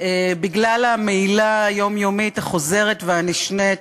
בגלל המעילה היומיומית, החוזרת והנשנית,